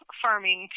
farming